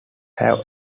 have